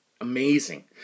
amazing